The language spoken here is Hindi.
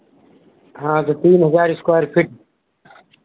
हाँ तो तीन हज़ार स्क्वायर फीट